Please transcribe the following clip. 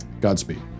Godspeed